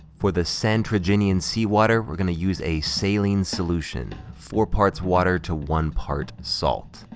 for the santraginian seawater, we're gonna use a saline solution, four parts water to one part salt.